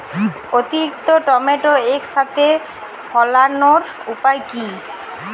অতিরিক্ত টমেটো একসাথে ফলানোর উপায় কী?